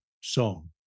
song